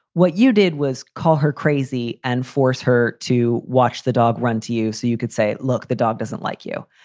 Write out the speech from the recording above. what you did was call her crazy and force her to watch the dog run to you so you could say, look, the dog doesn't like you.